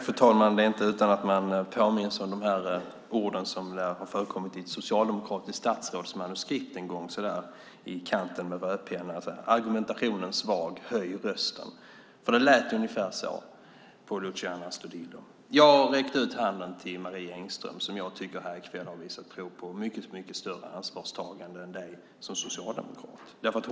Fru talman! Det är inte utan att man påminns om de ord som lär har förekommit i ett socialdemokratiskt statsråds manuskript en gång, med rödpenna i kanten: Argumentationen svag, höj rösten! Det lät ungefär så på Luciano Astudillo. Jag har räckt ut handen till Marie Engström som jag tycker här i kväll har visat prov på mycket större ansvarstagande än du som socialdemokrat.